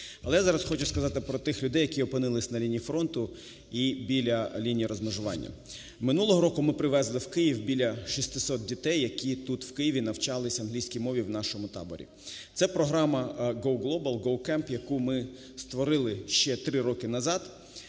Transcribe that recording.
Але я зараз хочу сказати про тих людей, які опинилися на лінії фронту і біля лінії розмежування. Минулого року ми привезли в Київ біля 600 дітей, які тут в Києві навчалися англійської мови у нашому таборі. Це програмаGoGlobal, GoCamp, яку ми створили ще три роки назад.